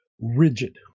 rigid